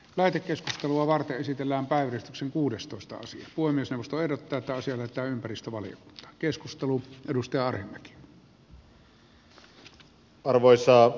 lähetekeskustelua varten esitellään päivystyksen kuudestoista sija huomisen ostoehdot täyttäisivät ja ympäristövalio keskustelu arvoisa puhemies